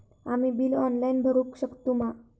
आम्ही bill online भरुक शकतू मा?